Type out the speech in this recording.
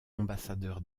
ambassadeur